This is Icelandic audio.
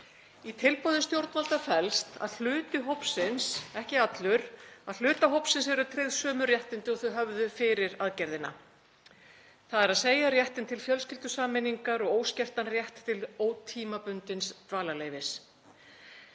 Í tilboði stjórnvalda felst að hluta hópsins, ekki alls hópsins, eru tryggð sömu réttindi og hann hafði fyrir aðgerðina, þ.e. réttinn til fjölskyldusameiningar og óskertan rétt til ótímabundins dvalarleyfis.